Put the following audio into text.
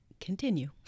Continue